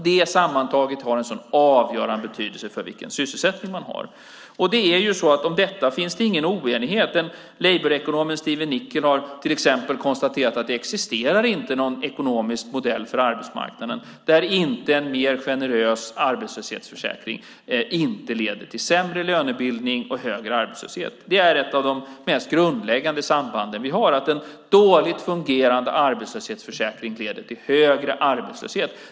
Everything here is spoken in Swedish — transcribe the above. Det sammantaget har avgörande betydelse för vilken sysselsättning vi har. Om detta finns det ingen oenighet. Labourekonomen Stephen Nickell har till exempel konstaterat att det inte existerar någon ekonomisk modell för arbetsmarknaden där inte en mer generös arbetslöshetsförsäkring inte leder till sämre lönebildning och högre arbetslöshet. Det är ett av de mest grundläggande sambanden vi har. En dåligt fungerande arbetslöshetsförsäkring leder till högre arbetslöshet.